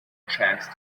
chance